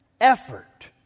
effort